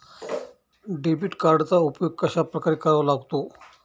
Debit कार्डचा उपयोग कशाप्रकारे करावा लागतो?